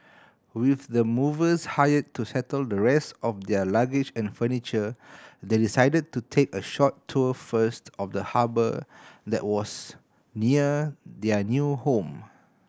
with the movers hired to settle the rest of their luggage and furniture they decided to take a short tour first of the harbour that was near their new home